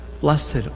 Blessed